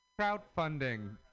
crowdfunding